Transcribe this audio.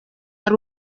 ari